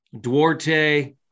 Duarte